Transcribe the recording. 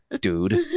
dude